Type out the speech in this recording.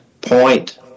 point